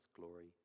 glory